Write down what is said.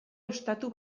estatu